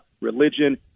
religion